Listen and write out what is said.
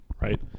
right